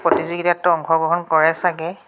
প্ৰতিযোগিতাততো অংশগ্ৰহণ কৰে ছাগৈ